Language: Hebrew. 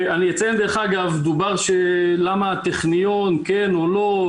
דובר למה הטכניון כן או לא,